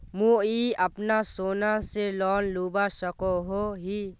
मुई अपना सोना से लोन लुबा सकोहो ही?